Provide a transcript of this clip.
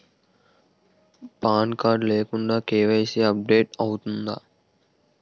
Pan card లేకుండా KYC update అవుతుందా?